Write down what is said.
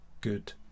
good